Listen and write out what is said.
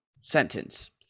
sentence